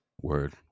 word